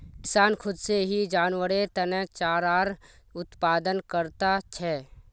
किसान खुद से ही जानवरेर तने चारार उत्पादन करता छे